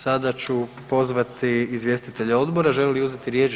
Sada ću pozvati izvjestitelje odbora, žele li uzeti riječ?